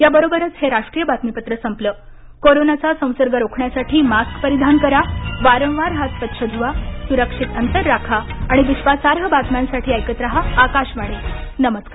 या बरोबरच हे राष्ट्रीय बातमीपत्र संपलं कोरोनाचा संसर्ग रोखण्यासाठी मास्क परिधान करा वारंवार हात स्वच्छ धुवा सुरक्षित अंतर राखा आणि विश्वासार्ह बातम्यांसाठी ऐकत राहा आकाशवाणी नमस्कार